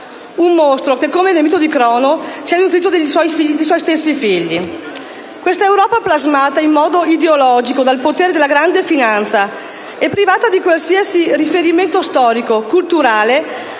Un mostro che, come nel mito di Kronos, si è nutrito dei suoi stessi figli. Questa Europa, plasmata in modo ideologico dal potere della grande finanza e privata di qualsiasi riferimento storico e culturale,